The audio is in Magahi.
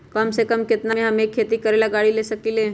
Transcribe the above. कम से कम केतना में हम एक खेती करेला गाड़ी ले सकींले?